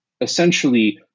essentially